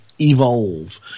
evolve